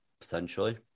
Potentially